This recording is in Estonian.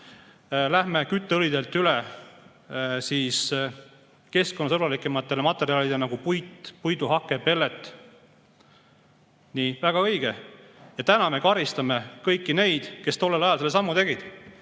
läheme kütteõlidelt üle keskkonnasõbralikumatele materjalidele, nagu puit, puiduhake, pellet. Nii, väga õige! Ja täna me karistame kõiki neid, kes tollel ajal selle sammu tegid,